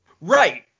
right